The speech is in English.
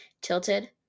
Tilted